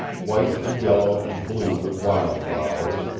white and yellow and blue with wildflowers,